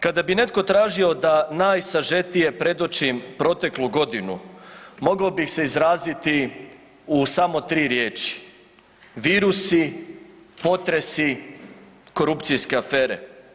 Kada bi netko tražio da najsažetije predočim proteklu godinu mogao bi se izraziti u samo 3 riječi, virusi, potresi, korupcijske afere.